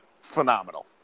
phenomenal